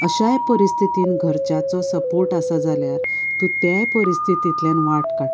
अश्याय परिस्थितीन घरच्यांचो सपोर्ट आसा जाल्यार तूं त्याय परिस्थितींतल्यान वाट काडटा